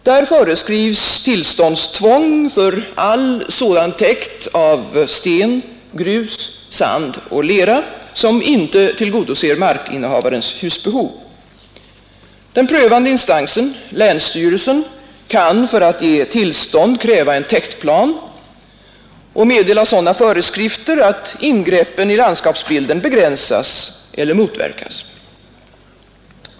Där föreskrivs tillståndstvång för all sådan täkt av sten, grus, sand och lera som inte tillgodoser markinnehavarens husbehov. Den prövande instansen, länssstyrelsen, kan, för att ge tillstånd, kräva en täktplan och meddela sådana föreskrifter att ingreppen i landskapsbilden begränsas eller motverkas.